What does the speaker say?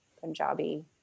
Punjabi